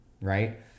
right